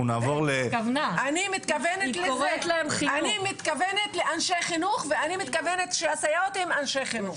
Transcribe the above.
אני מתכוונת לאנשי חינוך ואני מתכוונת שהסייעות הן אנשי חינוך.